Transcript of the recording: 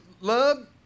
love